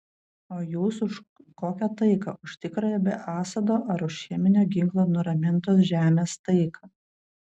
o jūs už kokią taiką už tikrąją be assado ar už cheminio ginklo nuramintos žemės taiką